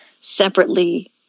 separately